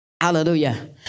Hallelujah